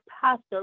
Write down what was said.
pastor